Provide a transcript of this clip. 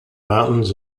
mountains